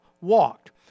walked